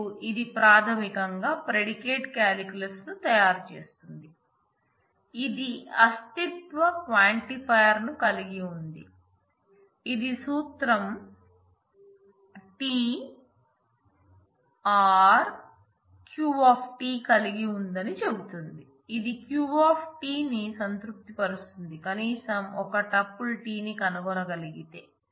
మరియు ఇది ప్రాథమికంగా ప్రెడికేటే క్యాలిక్యులస్ ను తయారు చేస్తుంది ఇది అస్తిత్వ క్వాంటిఫైయర్ ను కలిగి ఉంది ఇది సూత్రం t ꬳ r Q t ని కనుగొనగలిగితే